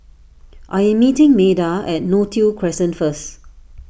I am meeting Meda at Neo Tiew Crescent first